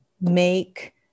make